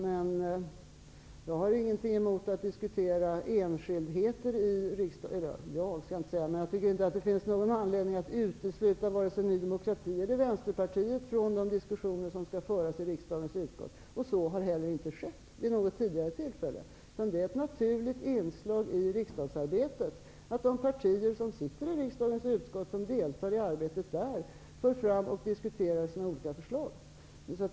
Men jag tycker inte att det finns någon anledning att utesluta vare sig Ny demokrati eller Vänsterpartiet från de diskussioner som skall föras i riksdagens utskott. Så har heller inte skett vid något tidigare tillfälle. Det är ett naturligt inslag i riksdagsarbetet att de partier som sitter i riksdagens utskott deltar i arbetet där. Man tar fram och diskuterar sina olika förslag.